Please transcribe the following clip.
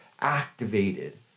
activated